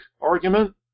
argument